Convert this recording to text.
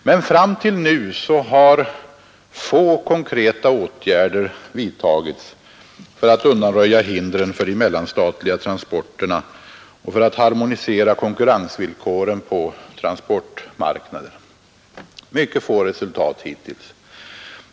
Men fram till nu har få konkreta åtgärder vidtagits för att undanröja hindren för de mellanstatliga transporterna och harmonisera konkurrensvillkoren på transportmarknaden.